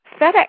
FedEx